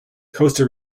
costa